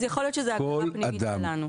אז יכול להיות שזה --- פנימית שלנו.